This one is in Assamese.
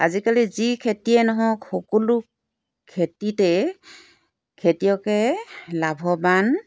আজিকালি যি খেতিয়ে নহওক সকলো খেতিতেই খেতিয়কে লাভৱান